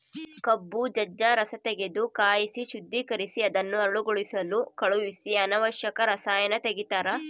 ಕಬ್ಬು ಜಜ್ಜ ರಸತೆಗೆದು ಕಾಯಿಸಿ ಶುದ್ದೀಕರಿಸಿ ಅದನ್ನು ಹರಳುಗೊಳಿಸಲು ಕಳಿಹಿಸಿ ಅನಾವಶ್ಯಕ ರಸಾಯನ ತೆಗಿತಾರ